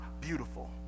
beautiful